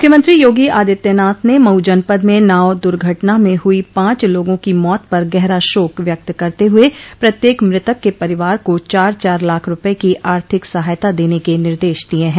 मुख्यमंत्री योगी आदित्यनाथ ने मऊ जनपद में नाव दुर्घटना में हुई पांच लोगों की मौत पर गहरा शोक व्यक्त करते हुये प्रत्येक मृतक के परिवार को चार चार लाख रूपये की आर्थिक सहायता देने के निर्देश दिय हैं